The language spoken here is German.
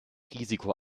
risiko